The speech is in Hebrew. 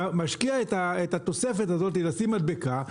משקיע את התוספת הזאת לשים מדבקה.